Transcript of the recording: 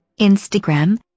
Instagram